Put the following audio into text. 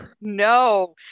No